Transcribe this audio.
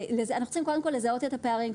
אנחנו צריכים קודם כל לזהות את הפערים,